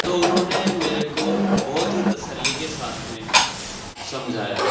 تو انہوں نے میرے کو بہت ہی تسلی کے ساتھ میں سمجھایا